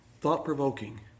Thought-provoking